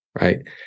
Right